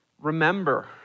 Remember